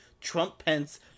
Trump-Pence